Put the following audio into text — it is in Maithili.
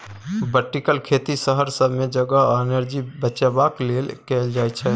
बर्टिकल खेती शहर सब मे जगह आ एनर्जी बचेबाक लेल कएल जाइत छै